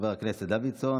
חבר הכנסת דוידסון.